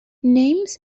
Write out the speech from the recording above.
names